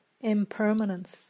impermanence